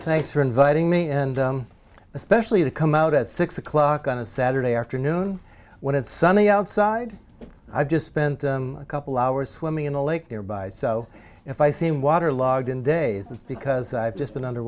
for inviting me and especially the come out at six o'clock on a saturday afternoon when it's sunny outside i've just spent a couple hours swimming in the lake nearby so if i seem water logged in days that's because i've just been under